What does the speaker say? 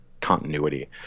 continuity